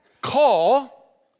call